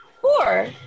four